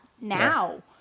now